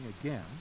again